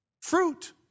Fruit